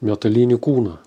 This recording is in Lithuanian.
metalinį kūną